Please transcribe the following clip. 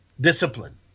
discipline